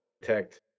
detect